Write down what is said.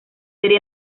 serie